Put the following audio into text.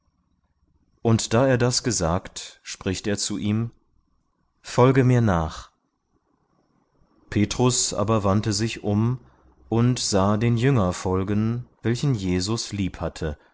und da er das gesagt spricht er zu ihm folge mir nach petrus aber wandte sich um und sah den jünger folgen welchen jesus liebhatte